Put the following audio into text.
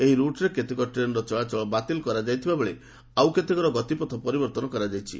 ଏହି ରୁଟ୍ରେ କେତେକ ଟ୍ରେନ୍ର ଚଳାଚଳ ବାତିଲ କରାଯାଇଥିବା ବେଳେ ଆଉ କେତେକର ଗତିପଥ ପରିବର୍ଭନ କରାଯାଇଛି